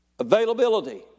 Availability